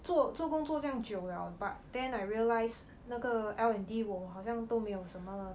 做做工作做这样久 liao but then 我 realise 那个 L&D 我好像都没有什么